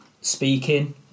speaking